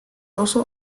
also